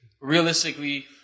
realistically